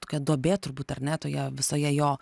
tokia duobė turbūt ar ne toje visoje jo